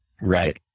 Right